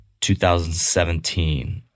2017